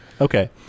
Okay